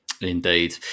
indeed